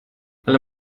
alle